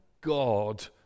God